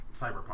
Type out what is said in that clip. Cyberpunk